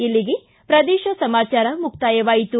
ಇಲ್ಲಿಗೆ ಪ್ರದೇಶ ಸಮಾಚಾರ ಮುಕ್ತಾಯವಾಯಿತು